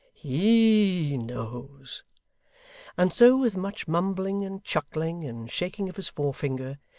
he knows and so, with much mumbling and chuckling and shaking of his forefinger,